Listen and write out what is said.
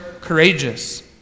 courageous